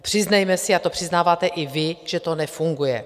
Přiznejme si, a to přiznáváte i vy, že to nefunguje.